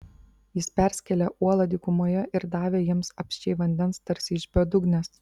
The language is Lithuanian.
jis perskėlė uolą dykumoje ir davė jiems apsčiai vandens tarsi iš bedugnės